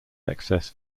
excess